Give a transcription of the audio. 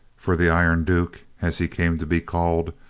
for the iron duke, as he came to be called,